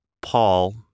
Paul